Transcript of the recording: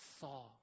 saw